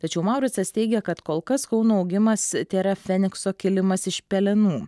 tačiau mauricas teigia kad kol kas kauno augimas tėra fenikso kilimas iš pelenų